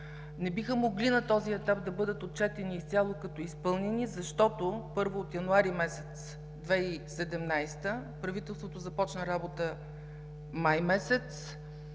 Не биха могли на този етап да бъдат отчетени изцяло като изпълнени, защото от януари месец 2017 г., правителството започна май месец,